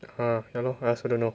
err ya lor I also don't know